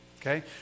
Okay